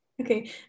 Okay